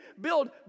build